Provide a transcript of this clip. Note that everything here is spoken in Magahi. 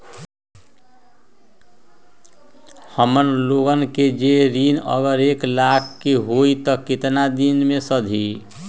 हमन लोगन के जे ऋन अगर एक लाख के होई त केतना दिन मे सधी?